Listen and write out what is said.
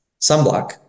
sunblock